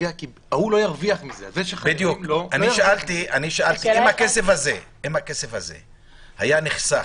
אם הכסף הזה היה נחסך,